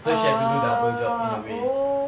so she had to do double job in a way